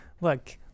Look